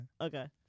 Okay